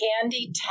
Candy